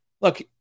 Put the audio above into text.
Look